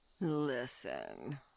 Listen